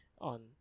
on